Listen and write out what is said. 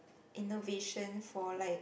innovation for like